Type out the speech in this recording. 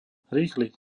rýchly